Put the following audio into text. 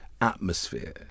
atmosphere